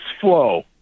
flow